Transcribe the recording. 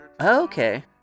Okay